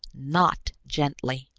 not gently.